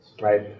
right